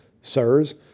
sirs